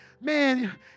Man